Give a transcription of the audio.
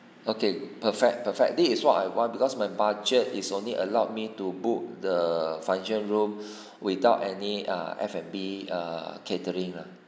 okay perfect perfect that is what I want because my budget is only allowed me to book the function room without any err F&B err catering lah